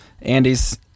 Andy's